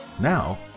Now